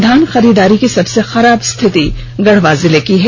धान खरीददारी की सबसे खराब स्थिति गढ़वा जिले की है